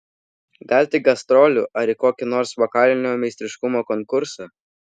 gal tik gastrolių ar į kokį nors vokalinio meistriškumo konkursą